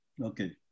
Okay